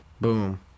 Boom